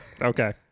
Okay